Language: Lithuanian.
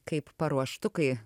kaip paruoštukai